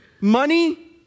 Money